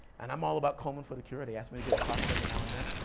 and i'm all about komen for the cure, they ask me to give talks every now and then,